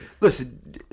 Listen